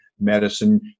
medicine